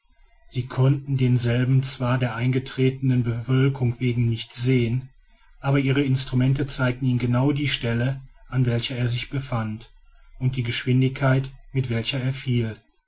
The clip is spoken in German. sie konnten denselben zwar der eingetretenen bewölkung wegen nicht sehen aber ihre instrumente zeigten ihnen genau die stelle an welcher er sich befand und die geschwindigkeit mit welcher er